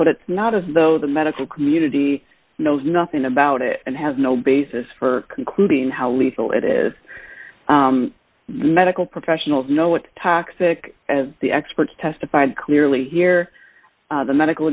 but it's not as though the medical community knows nothing about it and has no basis for concluding how lethal it is medical professionals know what toxic as the experts testified clearly here the medical